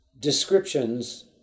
Descriptions